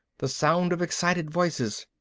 the sound of excited voices.